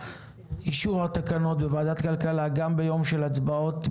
אישור התקנות בוועדת כלכלה גם ביום של הצבעות,